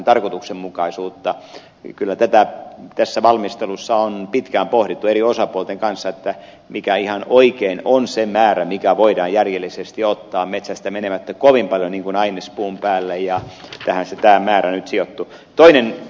kyllä tätä tässä valmistelussa on pitkään pohdittu eri osapuolten kanssa sitä mikä on se ihan oikea määrä mikä voidaan järjellisesti ottaa metsästä menemättä kovin paljon ainespuun päälle ja tähän tämä määrä nyt sijoittui